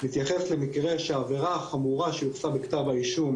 מתייחס למקרה שהעבירה החמורה שהוצגה בכתב האישום,